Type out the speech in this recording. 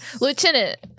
Lieutenant